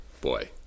boy—